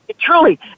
Truly